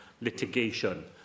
litigation